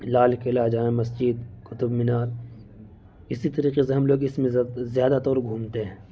لال قلعہ جامع مسجد قطب مینار اسی طریقہ سے ہم لوگ اس میں زیادہ تر گھومتے ہیں